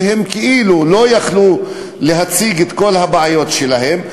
הם לא יכלו להציג את כל הבעיות שלהם,